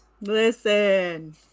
Listen